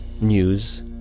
news